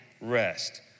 rest